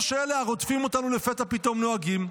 שאלה הרודפים אותנו לפתע פתאום נוהגים,